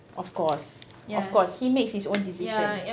of course of course he makes his own decision